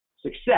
success